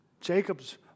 Jacob's